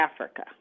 Africa